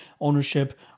ownership